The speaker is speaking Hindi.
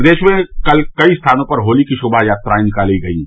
प्रदेश में कल कई स्थानों पर होली की शोभा यात्राएं निकाली गयीं